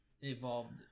evolved